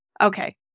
Okay